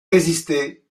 résisté